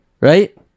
Right